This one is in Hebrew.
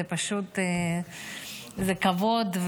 זה כבוד,